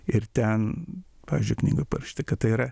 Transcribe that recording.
ir ten pavyzdžiui knygoj parašyta kad tai yra